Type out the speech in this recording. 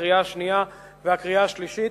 לקריאה השנייה והקריאה השלישית.